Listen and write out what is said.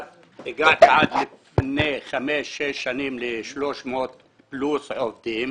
לפני חמש-שש שנים הגעתי עד ל-300 פלוס עובדים.